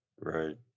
Right